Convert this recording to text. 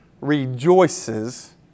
rejoices